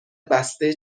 بسته